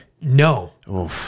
No